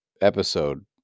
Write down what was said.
episode